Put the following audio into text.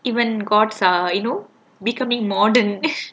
even god are you know becoming modern